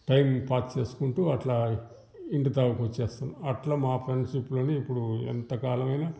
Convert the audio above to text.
time pass చేసుకుంటూ అట్లా ఇంటిదావకొచ్చేస్తాం అట్లా మా ఫ్రెండ్షిప్లోనే ఇప్పుడు ఎంతకాలమైన